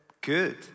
good